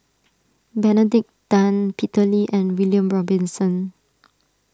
Benedict Tan Peter Lee and William Robinson